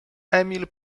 emil